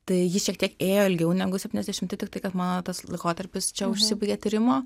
tai ji šiek tiek ėjo ilgiau negu septyniasdešimti tiktai kad mano tas laikotarpis čia užsibaigė tyrimo